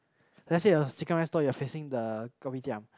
let's say your chicken rice stall is facing the Kopitiam